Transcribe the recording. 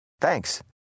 Thanks